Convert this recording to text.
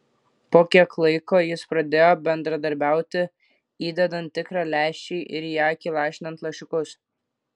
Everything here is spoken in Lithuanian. po kiek laiko jis pradėjo bendradarbiauti įdedant tikrą lęšį ir į akį lašinant lašiukus